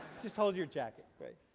just hold your jacket, right?